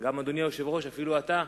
אפילו אתה,